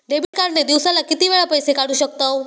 Debit card ने दिवसाला किती वेळा पैसे काढू शकतव?